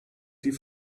die